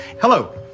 Hello